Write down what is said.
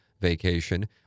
vacation